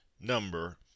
number